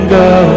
go